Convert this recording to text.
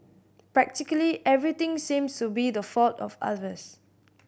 practically everything seems to be the fault of others